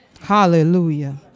Hallelujah